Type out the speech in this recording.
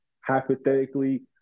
hypothetically